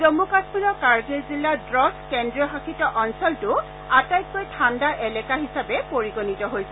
জম্মু কাশ্মীৰৰ কাৰ্গিল জিলাৰ দ্ৰছ কেন্দ্ৰীয় শাসিত অঞ্চলটো আটাইতকৈ ঠাণ্ডা এলেকা হিচাপে পৰিগণিত হৈছে